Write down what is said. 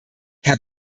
herr